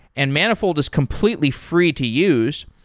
and manifold is completely free to use.